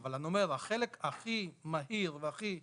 נכון אבל אני אומר, החלק הכי מהיר והכי קל,